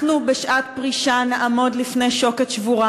אנחנו בשעת פרישה נעמוד בפני שוקת שבורה.